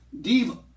diva